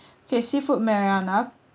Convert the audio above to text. okay seafood marinara